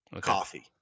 Coffee